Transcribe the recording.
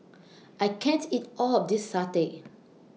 I can't eat All of This Satay